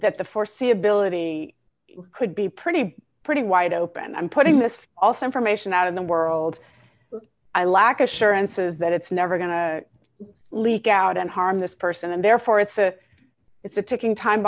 that the foreseeability could be pretty pretty wide open and putting this also information out in the world i lack a sure and says that it's never going to leak out and harm this person and therefore it's a it's a ticking time